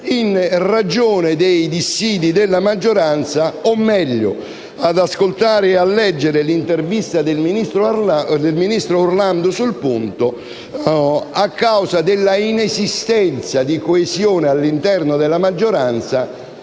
in ragione dei dissidi della maggioranza o meglio (secondo quanto si legge nell'intervista del ministro Orlando sul punto) a causa dell'inesistenza di coesione all'interno della maggioranza.